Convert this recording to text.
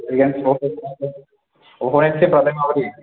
अफनेन्द थिमालाय माबायदि